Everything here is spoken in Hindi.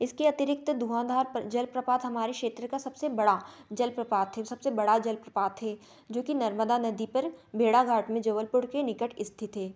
इसके अतिरिक्त धुआँधार जल प्रपात हमारे क्षेत्र का सबसे बड़ा जल प्रपात है वो सबसे बड़ा जल प्रपात है जोकि नर्मदा नदी पर भेड़ाघाट में जबलपुर के निकट स्थित है